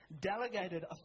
Delegated